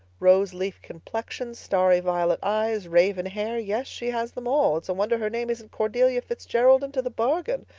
rose-leaf complexion starry violet eyes raven hair yes, she has them all. it's a wonder her name isn't cordelia fitzgerald into the bargain!